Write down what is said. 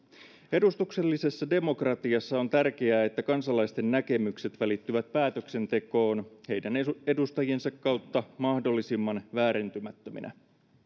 edustuksellisessa demokratiassa on tärkeää että kansalaisten näkemykset välittyvät päätöksentekoon heidän edustajiensa kautta mahdollisimman väärentämättöminä